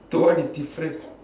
that one is different